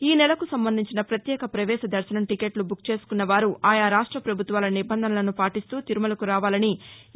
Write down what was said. ఈ నెలకు సంబంధించిన ప్రత్యేక ప్రవేశ దర్భనం టీకెట్లు బుక్ చేసుకున్నవారు ఆయా రాష్ట ప్రభుత్వాల నిబంధనలను పాటిస్తూ తిరుమలకు రావాలని ఇ